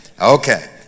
Okay